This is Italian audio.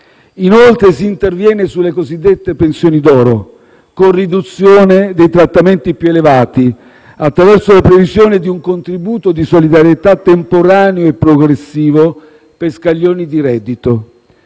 Inoltre, si interviene sulle cosiddette pensioni d'oro, con una riduzione dei trattamenti più elevati, attraverso la previsione di un contributo di solidarietà temporaneo e progressivo per scaglioni di reddito: